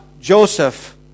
Joseph